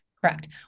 Correct